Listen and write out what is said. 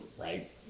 right